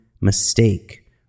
mistake